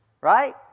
right